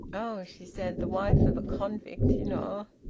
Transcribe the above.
oh! she said. the wife of a convict. you know!